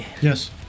Yes